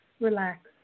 relax